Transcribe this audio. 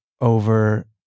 over